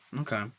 okay